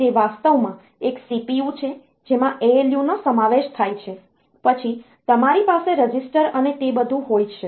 તે વાસ્તવમાં એક CPU છે જેમાં ALU નો સમાવેશ થાય છે પછી તમારી પાસે રજિસ્ટર અને તે બધું હોય છે